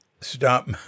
stop